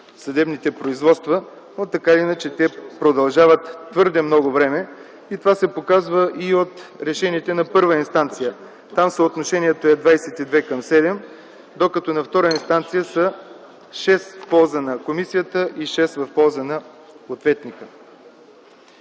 съдебните производства, но така или иначе те продължават твърде много време. Това се показва и от решените на първа инстанция. Там съотношението е 22:7, докато на втора инстанция са 6 в полза на комисията и 6 в полза на ответника.